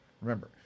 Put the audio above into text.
Remember